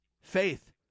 faith